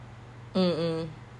mm mm